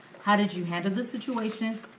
how did you handle the situation,